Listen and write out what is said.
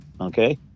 Okay